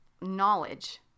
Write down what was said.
knowledge